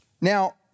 Now